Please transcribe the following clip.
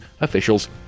officials